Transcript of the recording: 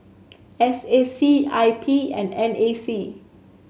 S A C I P and N A C